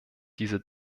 diese